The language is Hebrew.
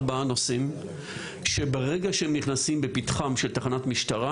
ארבעה נושאים שברגע שהם נכנסים בפתחן של תחנות משטרה,